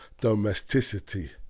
domesticity